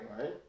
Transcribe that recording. Right